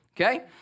Okay